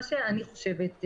מה שאני חושבת,